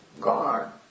God